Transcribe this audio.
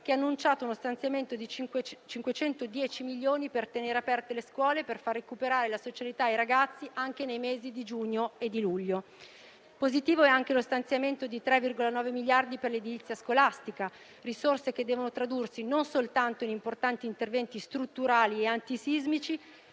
che ha annunciato lo stanziamento di 510 milioni per tenere aperte le scuole per far recuperare la socialità ai ragazzi anche nei mesi di giugno e di luglio. Positivo è anche lo stanziamento di 3,9 miliardi per l'edilizia scolastica, risorse che devono tradursi non soltanto in importanti interventi strutturali e antisismici,